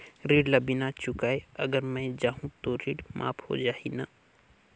ऋण ला बिना चुकाय अगर मै जाहूं तो ऋण माफ हो जाही न?